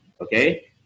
okay